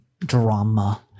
drama